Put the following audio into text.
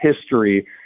history